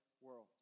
world